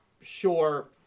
sure